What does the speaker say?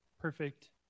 Perfect